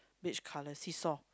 beige colour seesaw